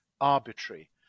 arbitrary